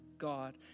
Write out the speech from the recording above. God